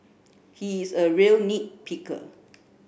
he is a real nit picker